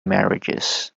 marriages